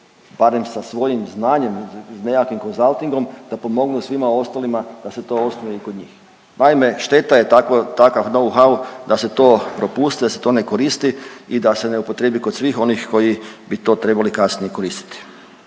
barem sa svojim znanjem, nekakvim konzaltingom da pomognu svima ostalima da se to osnuje i kod njih. Naime, šteta je takav know how da se to propusti, da se to ne koristi i da se ne upotrijebi kod svih onih koji bi to trebali kasnije koristiti.